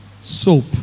soap